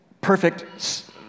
perfect